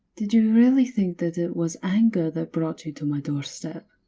did you really think that it was anger that brought you to my doorstep?